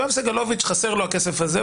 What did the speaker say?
ליואב סגלוביץ' חסר הכסף הזה,